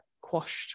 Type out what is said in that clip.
quashed